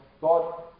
God